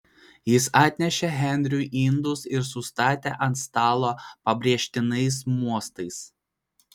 jis atnešė henriui indus ir sustatė ant stalo pabrėžtinais mostais